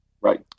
right